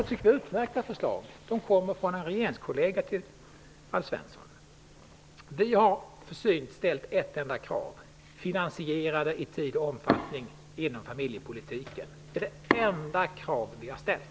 Jag tycker det är utmärkta förslag, och de kommer från en regeringskollega till Alf Vi har försynt ställt ett enda krav: Förslagen skall i tiden och till omfattningen vara finansierade inom familjepolitiken. Det är det enda krav vi har ställt.